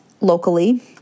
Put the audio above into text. locally